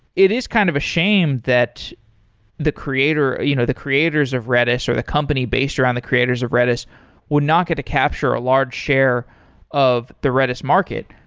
it is kind of a shame that the creators you know the creators of redis or the company based around the creators of redis would not going to capture a large share of the redis market.